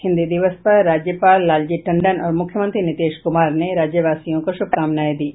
हिन्दी दिवस पर राज्यपाल लालजी टंडन और मुख्यमंत्री नीतीश कुमार ने राज्यवासियों को शुभकामनाएं दी हैं